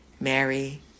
Mary